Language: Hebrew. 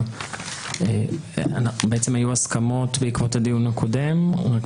היו הסכמות בעקבות הדיון הקודם ואני רק